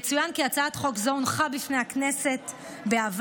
יצוין כי הצעת חוק זו הונחה בפני הכנסת בעבר,